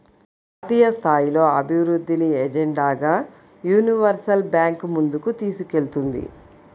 జాతీయస్థాయిలో అభివృద్ధిని ఎజెండాగా యూనివర్సల్ బ్యాంకు ముందుకు తీసుకెళ్తుంది